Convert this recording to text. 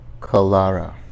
Kalara